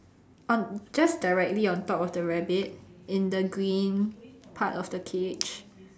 on just directly on top of the rabbit in the green part of the cage